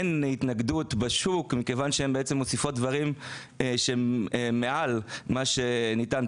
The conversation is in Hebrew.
אין התנגדות בשוק מכיוון שהן מוסיפות דברים שהם מעל מה שניתן,